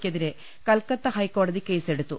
ക്കെതിരെ കൊൽക്കത്ത ഹൈക്കോടതി കേസെടുത്തു